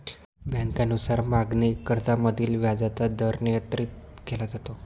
बँकांनुसार मागणी कर्जामधील व्याजाचा दर नियंत्रित केला जातो